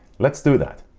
let's do that.